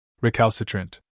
Recalcitrant